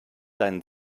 deinen